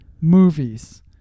movies